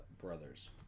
brothers